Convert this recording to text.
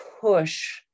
Push